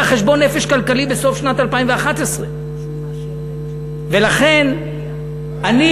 חשבון נפש כלכלי בסוף שנת 2011. לכן,